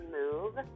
move